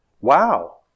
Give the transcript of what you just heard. Wow